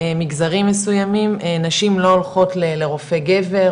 מגזרים מסוימים נשים לא הולכות לרופא גבר,